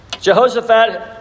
Jehoshaphat